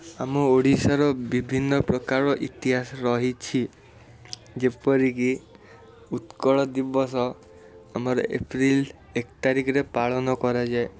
ଆମ ଓଡ଼ିଶାର ବିଭିନ୍ନ ପ୍ରକାର ଇତିହାସ ରହିଛି ଯେପରିକି ଉତ୍କଳ ଦିବସ ଆମର ଏପ୍ରିଲ୍ ଏକ ତାରିଖରେ ପାଳନ କରାଯାଏ